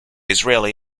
israeli